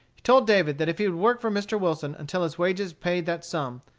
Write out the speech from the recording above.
he told david that if he would work for mr. wilson until his wages paid that sum,